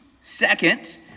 Second